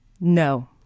No